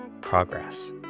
progress